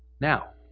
now,